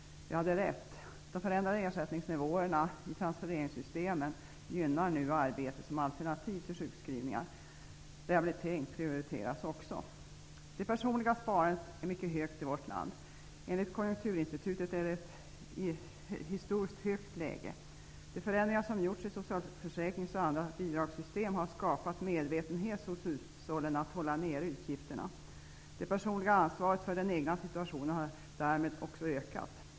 Vi hade rätt. De förändrade ersättningsnivåerna i transfereringssystemen gynnar nu arbete som alternativ till sjukskrivningar. Rehabilitering prioriteras också. Det personliga sparandet är mycket högt i vårt land. Enligt Konjunkturinstitutet är det ett historiskt högt läge. De förändringar som gjorts i socialförsäkrings och andra bidragssystem har skapat en medvetenhet hos hushållen om att hålla nere utgifterna. Det personliga ansvaret för den egna situationen har därmed också ökat.